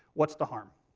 what's the harm?